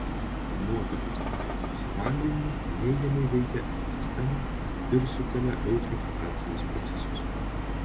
nuotekos patekusios į vandenį neigiamai veikia ekosistemą ir sukelia eutrofikacijos procesus